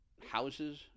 houses